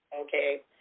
okay